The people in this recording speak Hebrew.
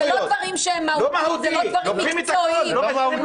לא מהותי לוקחים את הכול.